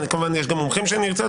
כמובן יש גם מומחים שנרצה.